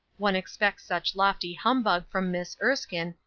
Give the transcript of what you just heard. one expects such lofty humbug from miss erskine,